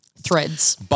Threads